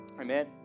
Amen